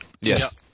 Yes